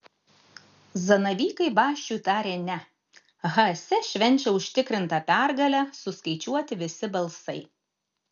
zanavykai basčiui tarė ne haase švenčia užtikrintą pergalę suskaičiuoti visi balsai